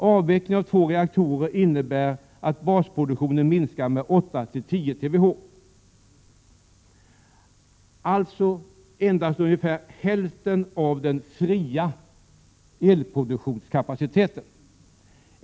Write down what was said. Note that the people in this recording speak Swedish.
Avvecklingen av två reaktorer innebär att basproduktionen minskar med 8-10 TWh — alltså endast ungefär hälften av den ”fria” elproduktionskapaciteten.